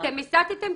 אתם הסטתם?